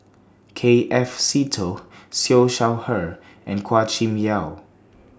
K F Seetoh Siew Shaw Her and Chua Kim Yeow